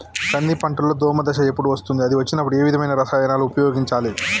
కంది పంటలో దోమ దశ ఎప్పుడు వస్తుంది అది వచ్చినప్పుడు ఏ విధమైన రసాయనాలు ఉపయోగించాలి?